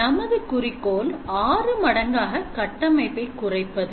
நமது குறிக்கோள் 6 மடங்காக கட்டமைப்பை குறைப்பது